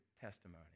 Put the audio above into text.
testimony